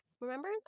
remember